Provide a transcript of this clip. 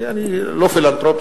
אני לא פילנתרופ,